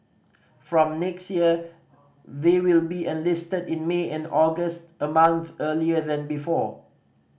from next year they will be enlisted in May and August a month earlier than before